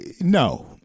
no